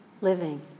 living